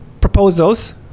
proposals